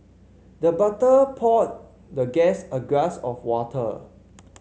the butler poured the guest a glass of water